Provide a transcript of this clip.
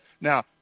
Now